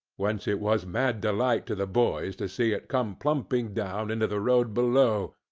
whence it was mad delight to the boys to see it come plumping down into the road below,